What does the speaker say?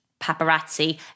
paparazzi